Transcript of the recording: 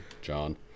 John